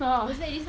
oh